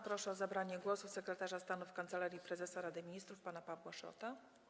Proszę o zabranie głosu sekretarza stanu w Kancelarii Prezesa Rady Ministrów pana Pawła Szrota.